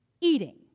Eating